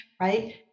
right